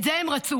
את זה הם רצו,